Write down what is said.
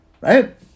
right